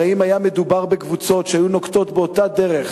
הרי אם היה מדובר בקבוצות שהיו נוקטות אותה דרך